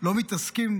לא מתעסקים